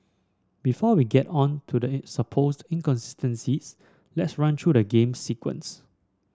before we get on to the supposed inconsistencies let's run through the game's sequence